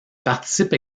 participe